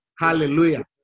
Hallelujah